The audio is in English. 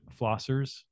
flossers